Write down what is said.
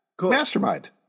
Mastermind